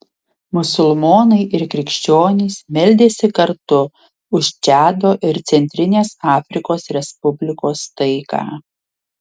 musulmonai ir krikščionys meldėsi kartu už čado ir centrinės afrikos respublikos taiką